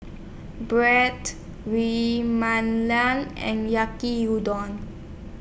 We and Yaki Udon